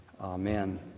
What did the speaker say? Amen